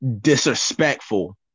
disrespectful